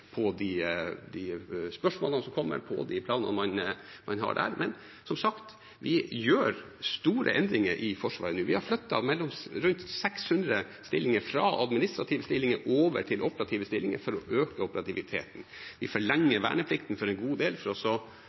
de spørsmålene som kommer, om de tallene man har der. Men, som sagt, vi gjør store endringer i Forsvaret nå. Vi har flyttet rundt 600 stillinger fra administrative stillinger over til operative stillinger for å øke operativiteten. Vi forlenger verneplikten for en god del for